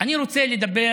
אני רוצה לדבר